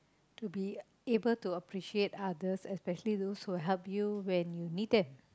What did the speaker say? to be able to appreciate others especially those who helped you when you need them